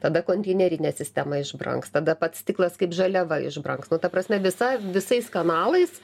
tada konteinerinė sistema išbrangs tada pats stiklas kaip žaliava išbrangs nu ta prasme visa visais kanalais